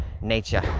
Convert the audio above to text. nature